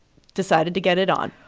decided to get it on